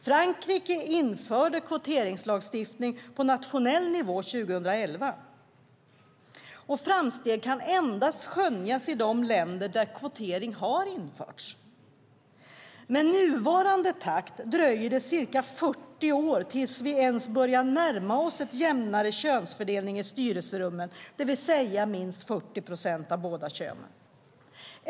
Frankrike införde en kvoteringslagstiftning på nationell nivå 2011, och framsteg kan endast skönjas i de länder där kvotering har införts. Med nuvarande takt dröjer det ca 40 år tills vi ens börjar närma oss en jämnare könsfördelning i styrelserummen, det vill säga minst 40 procent av båda könen.